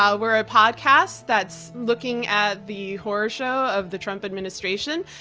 ah we're a podcast that's looking at the horror show of the trump administration.